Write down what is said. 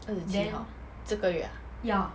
二十七号这个月 ah